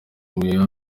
umuheha